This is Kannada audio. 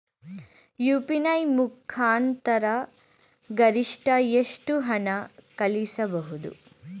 ಯು.ಪಿ.ಐ ಮುಖಾಂತರ ಗರಿಷ್ಠ ಎಷ್ಟು ಹಣ ಕಳಿಸಬಹುದು?